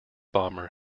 bomber